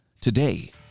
today